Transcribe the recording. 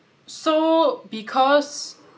so because